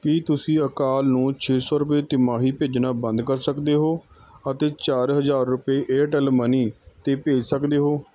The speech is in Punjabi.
ਕੀ ਤੁਸੀਂ ਅਕਾਲ ਨੂੰ ਛੇ ਸੌ ਰੁਪਏ ਤਿਮਾਹੀ ਭੇਜਣਾ ਬੰਦ ਕਰ ਸਕਦੇ ਹੋ ਅਤੇ ਚਾਰ ਹਜ਼ਾਰ ਰੁਪਏ ਏਅਰਟੈੱਲ ਮਨੀ 'ਤੇ ਭੇਜ ਸਕਦੇ ਹੋ